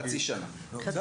חצי שנה.